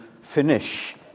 finish